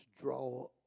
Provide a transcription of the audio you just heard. draw